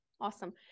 Awesome